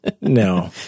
No